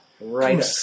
Right